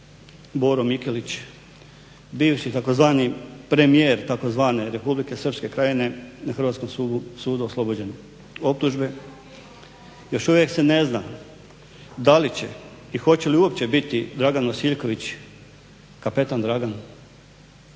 Boro Mikelić, bivši tzv. premijer tzv. Republike Srpske Krajine na hrvatskom sudu oslobođen optužbe. Još uvijek se ne zna da li će i hoće li uopće biti Dragan Vasiljković, kapetan Dragan